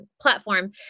platform